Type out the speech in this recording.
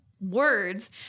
words